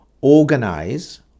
organize